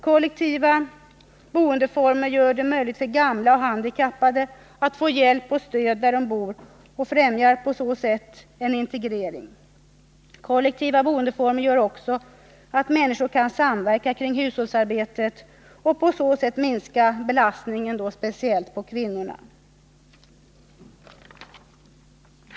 Kollektiva boendeformer gör det möjligt för gamla och handikappade att få hjälp och stöd där de bor och främjar på så sätt en integrering. Kollektiva boendeformer gör också att människor kan samverka kring hushållsarbetet och på så sätt minska belastningen. särskilt på kvinnorna.